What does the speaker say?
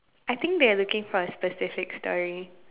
I think they are looking for a specific story